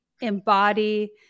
embody